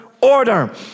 order